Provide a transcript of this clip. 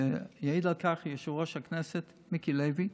יעיד על כך יושב-ראש הכנסת מיקי לוי,